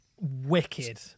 wicked